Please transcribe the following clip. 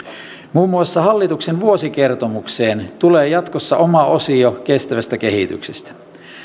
muun muassa hallituksen vuosikertomukseen tulee jatkossa oma osio kestävästä kehityksestä